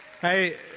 hey